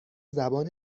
زبان